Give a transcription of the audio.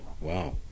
Wow